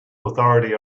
authority